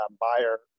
buyer